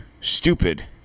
stupid